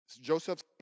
Joseph